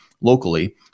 locally